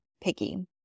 picky